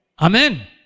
Amen